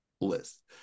list